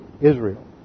Israel